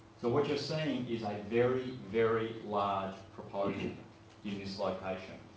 so what you're seeing is a very, very large proposal in this location.